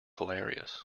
hilarious